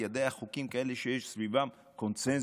ידיה חוקים כאלה שיש סביבם קונסנזוס.